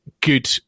good